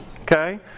okay